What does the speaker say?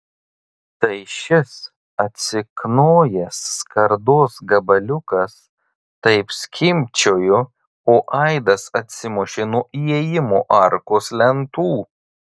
tai šis atsiknojęs skardos gabaliukas taip skimbčiojo o aidas atsimušė nuo įėjimo arkos lentų